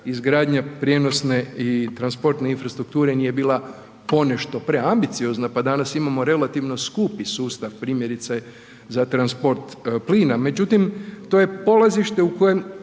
izgradnja prijenosne i transportne infrastrukture nije bila ponešto preambiciozna pa danas imamo relativno skupi sustav primjerice za transport plina, međutim to je polazište u kojem,